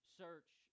search